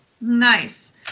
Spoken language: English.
Nice